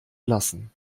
lassen